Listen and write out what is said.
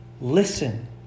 listen